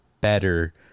better